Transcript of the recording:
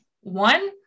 One